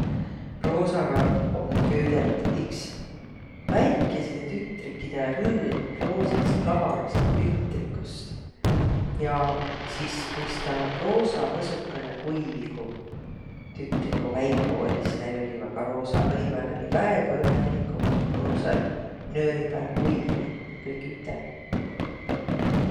Roosaga om köüdet iks väikeside tütrikkõ rõõm roosast kaharast ündrigust. Ja sis kuis taa roosa mõsukõnõ kuivi, ku tütriguq väikuq olliq. Sis näil olliq ka roosaq rõivaq ja väega õnnõliguq, ku nuuq sääl nööri pääl kuiviq kõik üteh.